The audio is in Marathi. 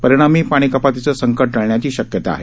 परिणामी पाणी कपातीचं संकट टळण्याची शक्यता आहे